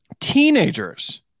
teenagers